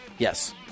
Yes